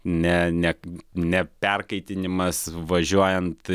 ne ne neperkaitinimas važiuojant